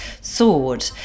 sword